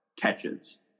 catches